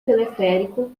teleférico